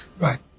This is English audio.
Right